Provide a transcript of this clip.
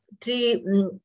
three